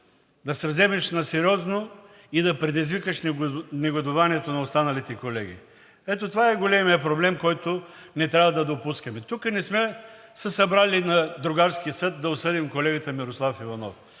да се вземеш на сериозно и да предизвикаш негодуванието на останалите колеги. Ето това е големият проблем, който не трябва да допускаме. Тук не сме се събрали на другарски съд да осъдим колегата Мирослав Иванов.